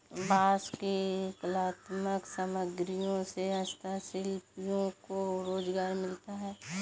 बाँस की कलात्मक सामग्रियों से हस्तशिल्पियों को रोजगार मिलता है